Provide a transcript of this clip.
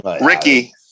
Ricky